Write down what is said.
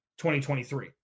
2023